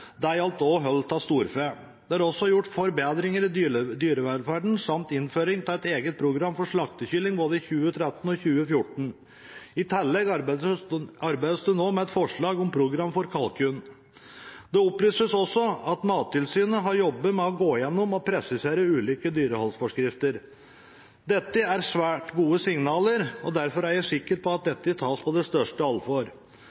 Det gjaldt også hold av storfe. Det er også gjort forbedringer i dyrevelferden samt innføring av et eget program for slaktekylling både i 2013 og i 2014. I tillegg arbeides det nå med et forslag om et program for kalkun. Det opplyses også at Mattilsynet har jobbet med å gå igjennom og presisere ulike dyreholdsforskrifter. Dette er svært gode signaler, og derfor er jeg sikker på at